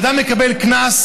כשאדם מקבל קנס,